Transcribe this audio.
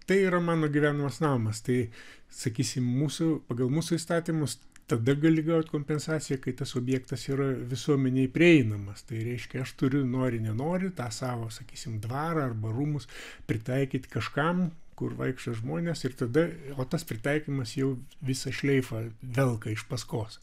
tai yra mano gyvenamas namas tai sakysim mūsų pagal mūsų įstatymus tada gali gauti kompensaciją kai tas objektas yra visuomenei prieinamas tai reiškia aš turiu nori nenori tą savo sakysim dvarą arba rūmus pritaikyti kažkam kur vaikšto žmonės ir tada o tas pritaikymas jau visą šleifą velka iš paskos